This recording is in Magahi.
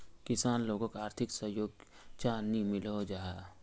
किसान लोगोक आर्थिक सहयोग चाँ नी मिलोहो जाहा?